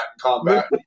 combat